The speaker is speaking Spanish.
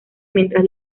mientras